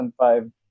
2005